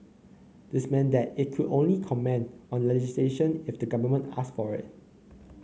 this meant that it could only comment on legislation if the government asked for it